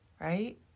right